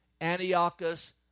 antiochus